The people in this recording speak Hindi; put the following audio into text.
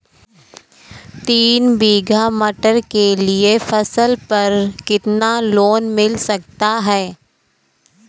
तीन बीघा मटर के लिए फसल पर कितना लोन मिल सकता है?